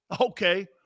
Okay